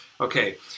Okay